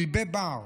כלבי בר.